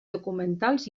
documentals